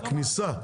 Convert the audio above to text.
(היו"ר דוד ביטן, 12:49) בכניסה?